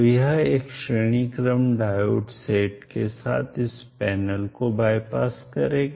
तो यह एक श्रेणी क्रम डायोड सेट के साथ इस पैनल को बायपास करेगा